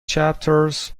chapters